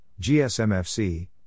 GSMFC